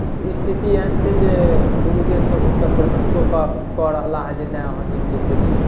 ई स्थिति एहन छै जे गुरुके सभ हुनकर प्रशंसो कऽ रहला हँ जे नहि अहाँ नीक लिखै छी